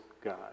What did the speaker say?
God